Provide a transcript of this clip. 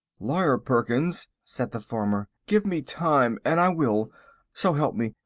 lawyer perkins, said the farmer, give me time and i will so help me,